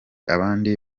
abandi